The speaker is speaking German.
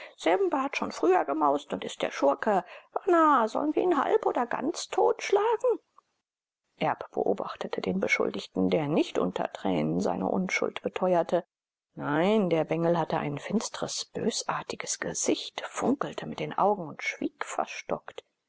hat schon früher gemaust und ist der schurke bana sollen wir ihn halb oder ganz tot schlagen erb beobachtete den beschuldigten der nicht unter tränen seine unschuld beteuerte nein der bengel hatte ein finstres bösartiges gesicht funkelte mit den augen und schwieg verstockt